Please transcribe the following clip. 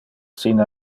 sin